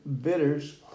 bitters